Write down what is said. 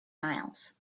miles